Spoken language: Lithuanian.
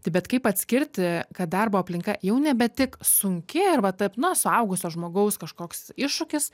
tai bet kaip atskirti kad darbo aplinka jau nebe tik sunki ar va taip na suaugusio žmogaus kažkoks iššūkis